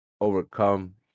overcome